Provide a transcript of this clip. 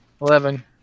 Eleven